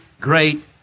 great